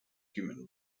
human